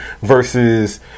versus